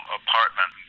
apartment